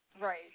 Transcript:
right